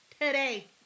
Today